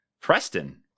Preston